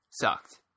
sucked